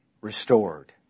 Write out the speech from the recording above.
restored